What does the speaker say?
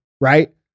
right